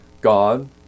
God